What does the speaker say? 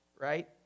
right